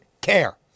care